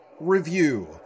review